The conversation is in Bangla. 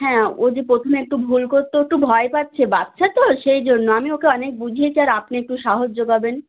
হ্যাঁ ও যে প্রথমে একটু ভুল করতো একটু ভয় পাচ্ছে বাচ্ছাতো সেই জন্য আমি ওকে অনেক বুঝিয়েছি আর আপনি একটু সাহস যোগাবেন